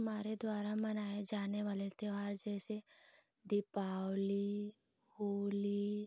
हमारे द्वारा मनाए जाने वाले त्योहार जैसे दीपावली होली